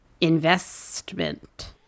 investment